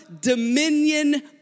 dominion